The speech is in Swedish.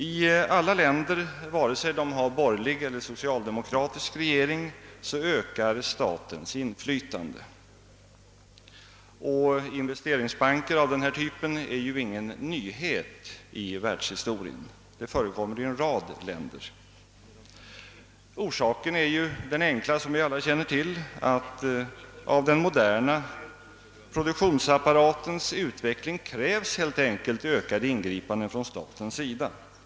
I alla länder, vare sig de har borgerlig eller socialdemokratisk regering, ökar statens inflytande. Investeringsbanker av den typ det här är fråga om är ingen nyhet i världshistorien — sådana finns i en rad länder. Den enkla orsaken är ju, som vi alla känner till, att för den moderna produktionsapparatens utveckling krävs ökade ingripanden från statens sida.